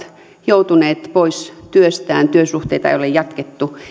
joutuneet pois työstään työsuhteita ei ole jatkettu